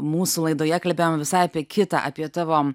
mūsų laidoje kalbėjome visai apie kitą apie tavo